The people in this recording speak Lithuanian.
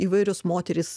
įvairios moterys